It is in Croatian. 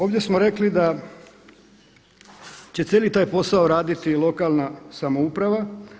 Ovdje smo rekli da će cijeli taj posao raditi lokalna samouprava.